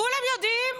כולם יודעים,